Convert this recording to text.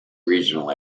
regional